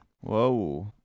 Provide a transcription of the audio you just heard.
Whoa